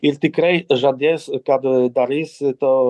ir tikrai žadės kad darys to